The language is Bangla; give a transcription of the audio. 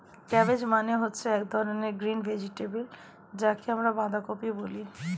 ক্যাবেজ মানে হচ্ছে এক ধরনের গ্রিন ভেজিটেবল যাকে আমরা বাঁধাকপি বলি